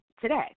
today